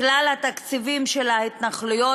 כלל התקציבים של ההתנחלויות,